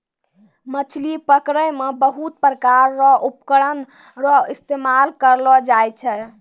मछली पकड़ै मे बहुत प्रकार रो उपकरण रो इस्तेमाल करलो जाय छै